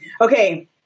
Okay